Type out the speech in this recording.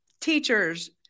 teachers